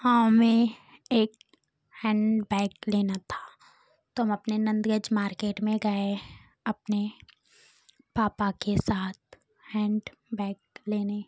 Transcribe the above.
हमें एक hand bag लेना था तो हम नंद गंज मार्केट में गए अपने पापा के साथ हैंड बैग लेने